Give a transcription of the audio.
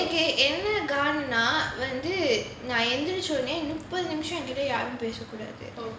என்ன காண்டுனா வந்து நான் எந்திரிச்ச உடனே முப்பது நிமிஷம் என்கூட யாரும் பேச கூடாது:enna kaandunaa vanthu naan enthiricha udanae muppathu nimisham en kooda yaarum pesa koodathu